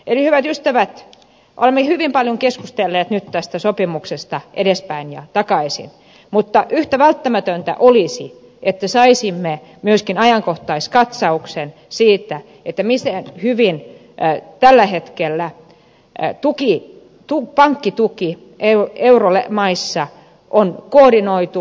hyvät ystävät olemme hyvin paljon keskustelleet tästä sopimuksesta edestakaisin mutta yhtä välttämätöntä olisi että saisimme myöskin ajankohtaiskatsauksen siitä miten hyvin tällä hetkellä pankkituki euromaissa on koordinoitu